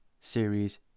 series